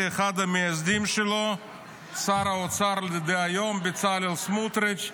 שאחד המייסדים שלו זה שר האוצר דהיום בצלאל סמוטריץ'.